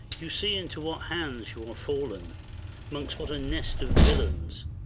you see into what hands you are fall'n mongst what a nest of villains!